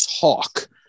talk